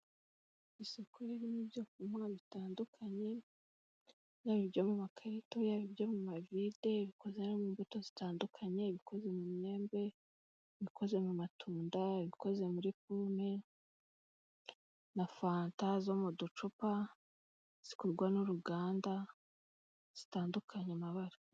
Isoko ririmo ibyo kunywa bitandukanye, yaba ibyo mu makarito, yaba ibyo mu mavide, ibikoze no mu mbuto zitandukanye, ibikoze mu myembe, ibikoze mu matunda, yaba ibikoze muri pome na fanta zo mu ducupa, zikorwarwa n'uruganda zitandukanye amabara.